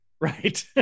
right